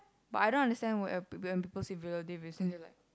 but I don't understand when when people say they're like